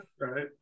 Right